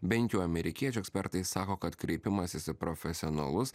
bent jau amerikiečių ekspertai sako kad kreipimasis į profesionalus